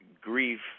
grief